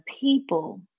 people